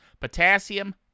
potassium